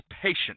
patient